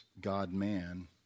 God-man